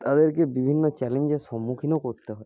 তাদেরকে বিভিন্ন চ্যালেঞ্জের সম্মুখীনও করতে হয়